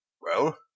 Well